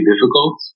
difficult